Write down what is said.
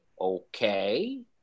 Okay